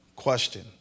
question